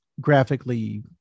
graphically